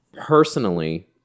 personally